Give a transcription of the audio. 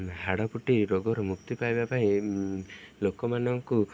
ହାଡ଼ଫୁଟି ରୋଗର ମୁକ୍ତି ପାଇବା ପାଇଁ ଲୋକମାନଙ୍କୁ